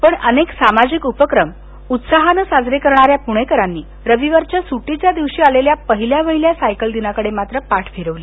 पण अनेक सामाजिक उपक्रम उत्साहानं साजऱ्या करणाऱ्या प्णेकरांनी रविवारच्या सुटीच्या दिवशी आलेल्या पहिल्या वहिल्या सायकल दिनाकडे मात्र पाठ फिरवली